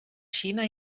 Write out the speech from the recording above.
xina